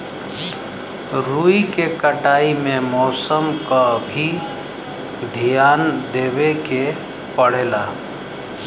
रुई के कटाई में मौसम क भी धियान देवे के पड़ेला